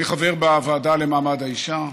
אני חבר בוועדה למעמד האישה.